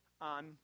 on